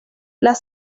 las